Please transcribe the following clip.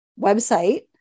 website